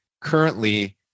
currently